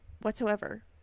whatsoever